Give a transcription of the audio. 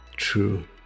True